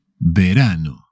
Verano